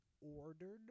ordered